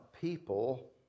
people